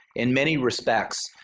in many respects,